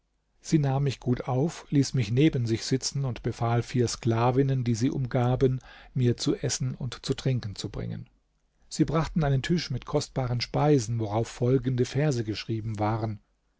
sie nahm mich gut auf ließ mich neben sich sitzen und befahl vier sklavinnen die sie umgaben mir zu essen und zu trinken zu bringen sie brachten einen tisch mit kostbaren speisen worauf folgende verse geschrieben waren